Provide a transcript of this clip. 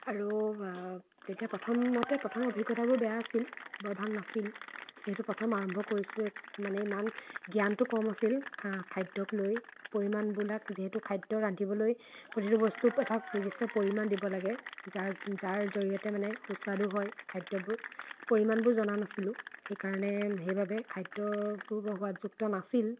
আৰু যেতিয়া প্ৰথমতে প্ৰথম অভিজ্ঞতাবোৰ বেয়া আছিল বৰ ভাল নাছিল যিহেতু প্ৰথম আৰম্ভ কৰিছিলোঁ মানে ইমান জ্ঞানটো কম আছিল খাদ্যক লৈ পৰিমাণবিলাক যিহেতু খাদ্য ৰান্ধিবলৈ প্ৰতিটো বস্তু এটা নিৰ্দিষ্ট পৰিমাণ দিব লাগে যাৰ যাৰ জৰিয়তে মানে সুস্বাদু হয় খাদ্যবোৰ পৰিমাণবোৰ জনা নাছিলোঁ সেই কাৰণে সেইবাবে খাদ্যবোৰ বৰ সোৱাদযুক্ত নাছিল